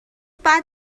بعد